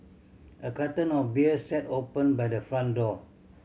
a carton of beer sat open by the front door